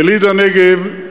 יליד הנגב,